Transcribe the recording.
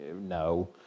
no